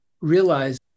realize